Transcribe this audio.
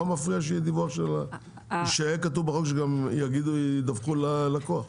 מה מפריע שיהיה כתוב בחוק שידווחו ללקוח?